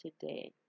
today